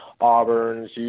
Auburn's